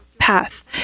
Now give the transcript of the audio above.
Path